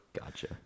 Gotcha